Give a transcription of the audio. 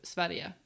Sverige